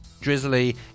drizzly